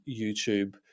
YouTube